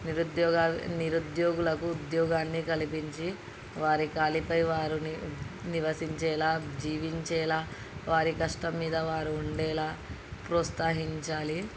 నిరుద్యోగ నిరుద్యోగులకు ఉద్యోగాన్ని కల్పించి వారి కాలి పై వారు నివసించేలాగా జీవించేలాగా వారి కష్టం మీద వారు ఉండేలాగా ప్రోత్సహించాలి